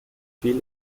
viel